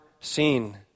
seen